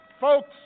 folks